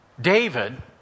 David